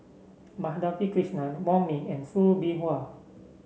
Madhavi Krishnan Wong Ming and Soo Bin Chua